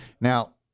Now